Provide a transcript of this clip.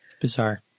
Bizarre